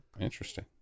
Interesting